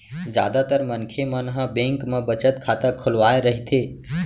जादातर मनखे मन ह बेंक म बचत खाता खोलवाए रहिथे